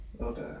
Okay